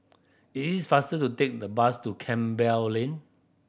it's faster to take the bus to Campbell Lane